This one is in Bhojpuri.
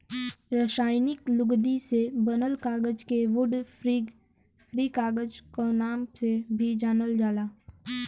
रासायनिक लुगदी से बनल कागज के वुड फ्री कागज क नाम से भी जानल जाला